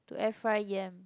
to air fry yam